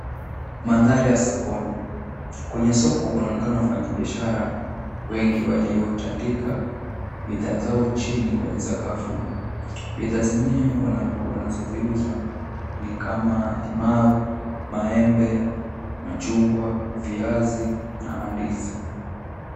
Mandhari ya sokoni , kwenye soko kunaonekana wafanyibiashara wengi waliotandika bidhaa zao chini kwenye sakafu bidhaa zenyewe wanazoziuza ni kama limau, maembe, machungwa, viazi na mandizi.